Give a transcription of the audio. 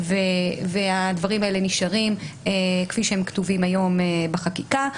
והדברים האלה נשארים כפי שהם כתובים היום בחקיקה.